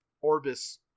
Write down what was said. Orbis